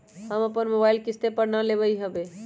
हम अप्पन मोबाइल किस्ते पर किन लेलियइ ह्बे